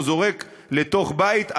או זורק לתוך בית,